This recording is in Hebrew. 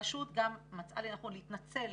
הרשות גם מצאה לנכון להתנצל